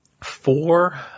four